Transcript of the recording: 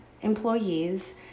employees